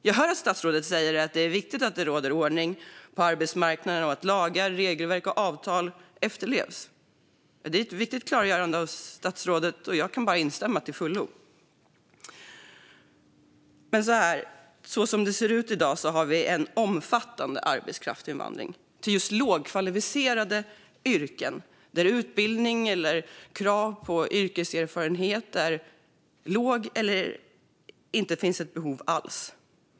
Jag hör att statsrådet säger att det är viktigt att det råder ordning på arbetsmarknaden och att lagar, regelverk och avtal efterlevs. Det är ett viktigt klargörande av statsrådet. Jag kan bara instämma till fullo. Men som det ser ut i dag har vi en omfattande arbetskraftsinvandring till lågkvalificerade yrken där kraven på utbildning och yrkeserfarenhet är låga eller obefintliga.